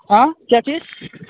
हाँ क्या चीज़